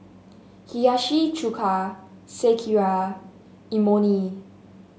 Hiyashi Chuka Sekihan Imoni